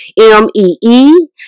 M-E-E